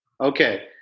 Okay